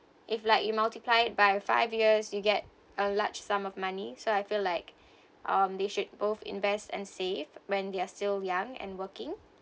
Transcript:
if like you multiplied by five years you get a large sum of money so I feel like um they should both invest and save when they are still young and working